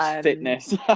fitness